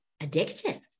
addictive